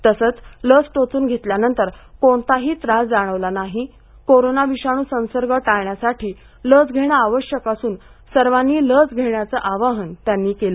तसंच लस टोचून घेतल्यानंतर कोणताही त्रास जाणवला नाही कोरोना विषाणू संसर्ग टाळण्यासाठी लस घेणे आवश्यक असून सर्वांनी लस घेण्याचं आवाहनही त्यांनी केलं